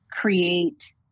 create